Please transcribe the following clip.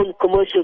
commercial